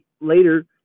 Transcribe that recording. later